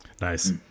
Nice